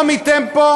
או מ"טמפו"